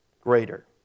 greater